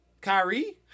Kyrie